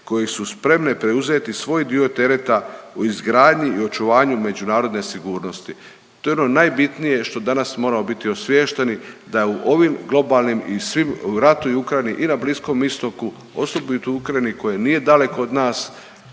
koje su spremne preuzeti svoj dio tereta u izgradnji i očuvanju međunarodne sigurnosti. To je ono najbitnije što danas moramo biti osviješteni da u ovim globalnim i svim ratu i u Ukrajini i na Bliskom Istoku, osobito Ukrajini koja nije daleko od nas,